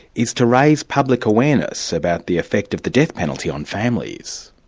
is to raise public awareness about the effect of the death penalty on families.